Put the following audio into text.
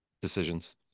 decisions